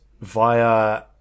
via